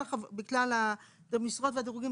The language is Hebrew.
זה כבר כתוב ב-"כלל המשרות והדירוגים",